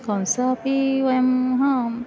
कंसः अपि वयं